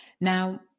Now